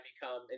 become